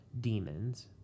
demons